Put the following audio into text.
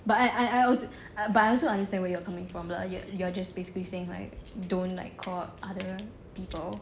but I I also but I also understand where you are coming from lah you're just basically saying like don't like call out other people